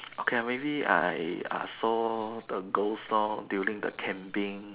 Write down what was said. okay lah maybe I uh saw the ghost loh during the camping